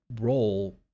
role